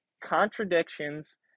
contradictions